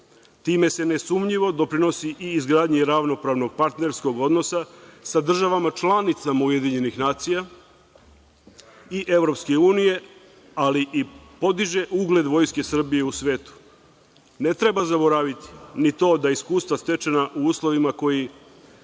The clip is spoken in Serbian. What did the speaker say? Time se nesumnjivo doprinosi i izgradnji ravnopravnog partnerskog odnosa sa državama članicama UN i EU, ali i podiže ugled Vojske Srbije u svetu. Ne treba zaboraviti ni to da iskustva stečena u uslovima koji